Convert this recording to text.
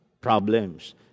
problems